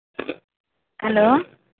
hello